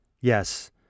yes